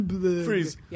Freeze